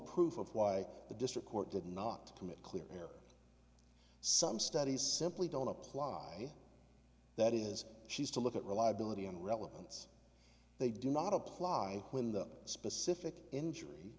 proof of why the district court did not commit clear some studies simply don't apply that is she's to look at reliability and relevance they do not apply when the specific injury